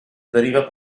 deriva